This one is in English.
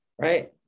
right